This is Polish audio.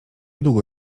długo